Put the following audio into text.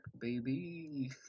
baby